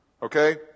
okay